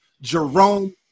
Jerome